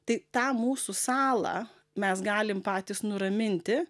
tai tą mūsų salą mes galim patys nuraminti